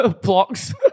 Blocks